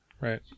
Right